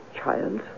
child